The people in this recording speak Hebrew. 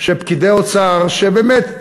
פקידי אוצר, שבאמת,